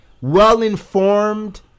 well-informed